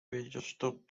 registered